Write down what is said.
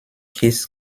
his